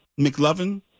McLovin